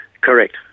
Correct